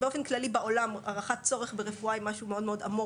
באופן כללי בעולם הערכת צורך ברפואה היא משהו מאוד-מאוד אמורפי.